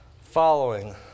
following